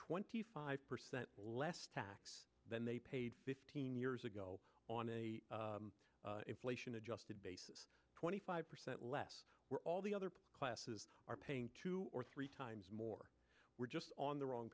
twenty five percent less tax than they paid fifteen years ago on a inflation adjusted twenty five percent less where all the other classes are paying two or three times more we're just on the wrong